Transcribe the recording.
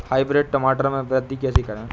Hybrid टमाटर में वृद्धि कैसे करें?